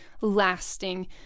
lasting